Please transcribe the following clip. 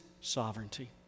sovereignty